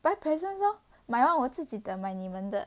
buy presents lor 买完我自己的买你们的